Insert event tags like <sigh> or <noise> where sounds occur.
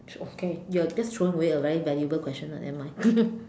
okay your that is throwing away a very valuable question lah nevermind <laughs>